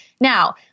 Now